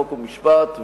חוק ומשפט,